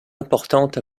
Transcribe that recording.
importantes